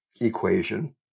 equation